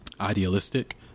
idealistic